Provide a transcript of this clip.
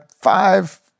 five